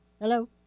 Hello